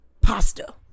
pasta